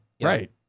right